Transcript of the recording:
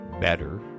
better